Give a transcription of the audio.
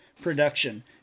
production